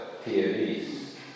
theories